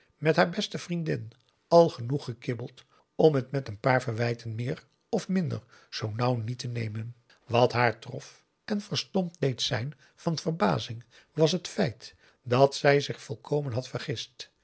met haar beste vriendin al genoeg gekibbeld om het met een paar verwijten meer of minder zoo nauw niet te nemen wat haar trof en verstomd deed zijn van verbazing was het feit dat zij zich volkomen had vergist